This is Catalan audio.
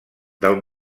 del